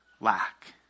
Lack